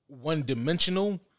one-dimensional